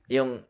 Yung